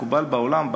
המקובל בעולם,